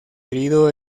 herido